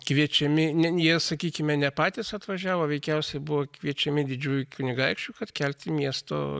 kviečiami ne jie sakykime ne patys atvažiavo veikiausiai buvo kviečiami didžiųjų kunigaikščių kad kelti miesto